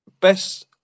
best